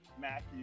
Matthew